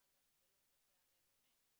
אגב, זה לא כלפי הממ"מ,